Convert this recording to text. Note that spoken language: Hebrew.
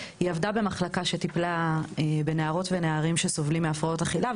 והיא עבדה במחלקה שטיפלה בנערות ונערים שסובלים מהפרעות אכילה,